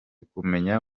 kumenya